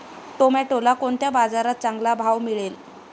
टोमॅटोला कोणत्या बाजारात चांगला भाव मिळेल?